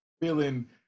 feeling